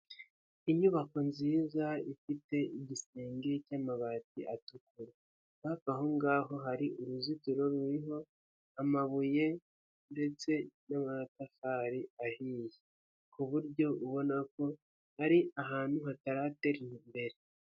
Inyubako nziza ifite igisenge cy'amabati atukura, hafi aho ngaho hari uruzitiro ruriho amabuye ndetse n'amatafari ahiye, ku buryo ubona ko ari ahantu hatari hatera imbere.